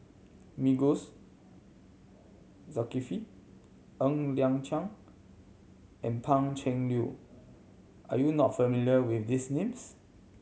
Masagos Zulkifli Ng Liang Chiang and Pan Cheng Lui are you not familiar with these names